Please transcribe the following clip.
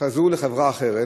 כזו לחברה אחרת,